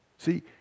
See